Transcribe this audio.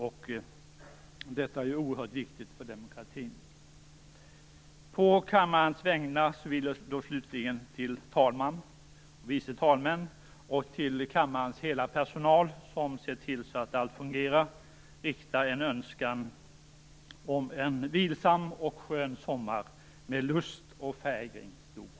Och det är oerhört viktigt för demokratin. På kammarens vägnar vill jag slutligen till talmannen, de vice talmännen och kammarens hela personal, som ser till att allt fungerar, rikta en önskan om en vilsam och skön sommar med lust och fägring stor.